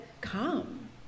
come